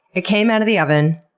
it came out of the oven.